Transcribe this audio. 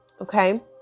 Okay